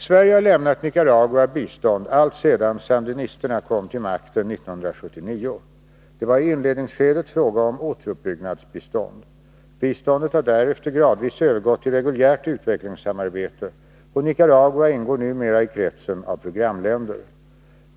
Sverige har lämnat Nicaragua bistånd alltsedan sandinisterna kom till makten 1979. Det var i inledningsskedet fråga om återuppbyggnadsbistånd. Biståndet har därefter gradvis övergått till reguljärt utvecklingssamarbete, och Nicaragua ingår numera i kretsen av programländer.